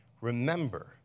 remember